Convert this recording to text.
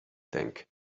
think